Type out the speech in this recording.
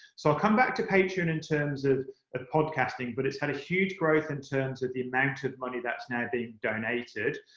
so i'll come back to patreon in terms of ah podcasting, but it's had a huge growth in terms of the amount of money that's now been donated.